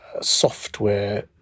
software